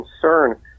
concern